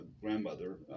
grandmother